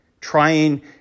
trying